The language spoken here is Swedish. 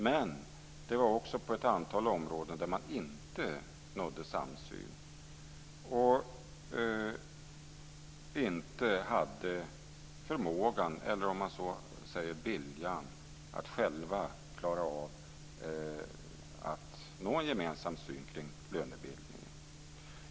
Men det var också ett antal områden där man inte nådde samsyn och inte hade förmågan eller, om man så säger, viljan att själva klara av att nå en gemensam syn på lönebildningen.